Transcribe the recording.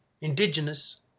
Indigenous